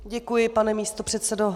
Děkuji, pane místopředsedo.